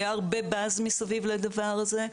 היה הרבה באז מסביב לדבר הזה,